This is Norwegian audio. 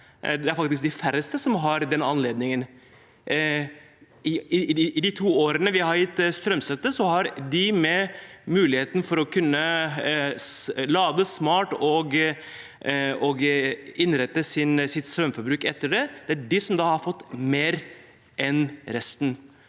det er faktisk de færreste som har den anledningen. I de to årene vi har gitt strømstøtte, er det de med muligheten for å kunne lade smart og innrette sitt strømforbruk etter det, som har fått mer enn resten.